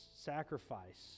sacrifice